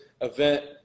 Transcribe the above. event